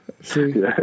See